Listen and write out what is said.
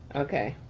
okay.